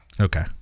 Okay